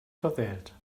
verwählt